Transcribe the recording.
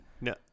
No